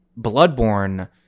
Bloodborne